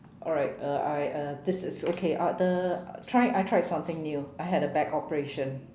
alright uh I uh this is okay uh the try I tried something new I had a back operation